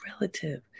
relative